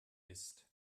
ist